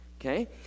Okay